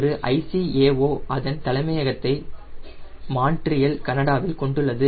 ஒரு ICAO அதன் தலைமையகத்தை மான்ட்ரியல் கனடாவில் கொண்டுள்ளது